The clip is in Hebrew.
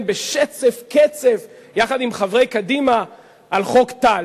בשצף קצף יחד עם חברי קדימה על חוק טל.